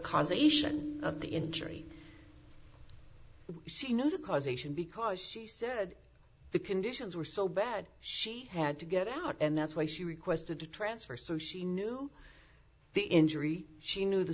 conservation of the injury see you know the causation because she said the conditions were so bad she had to get out and that's why she requested a transfer so she knew the injury she knew the